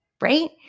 right